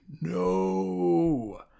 No